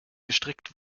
gestrickt